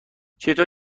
چطور